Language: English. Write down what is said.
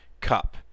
Cup